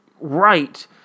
right